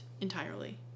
entirely